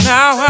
Now